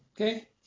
okay